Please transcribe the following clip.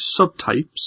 subtypes